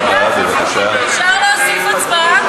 אפשר להוסיף את ההצבעה